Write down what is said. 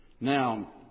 Now